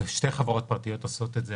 היום שתי חברות פרטיות עושות את זה,